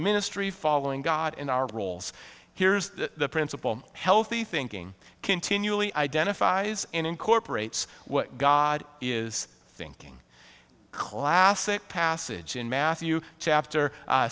ministry following god in our roles here is the principle healthy thinking continually identifies incorporates what god is thinking classic passage in matthew chapter